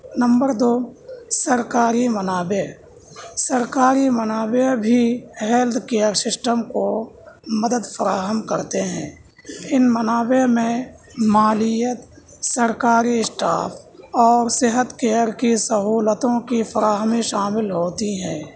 number دو سرکاری منابع سرکاری منابع بھی ہیلتھ کیئر سسٹم کو مدد فراہم کرتے ہیں ان منابع میں مالیت سرکاری اسٹاف اور صحت کیئر کی سہولتوں کی فراہمی شامل ہوتی ہیں